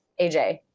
AJ